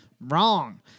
wrong